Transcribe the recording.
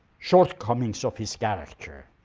shortcomings of his character.